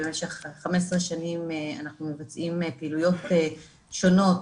במשך 15 שנים אנחנו מבצעים פעילויות שונות